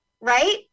Right